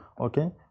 okay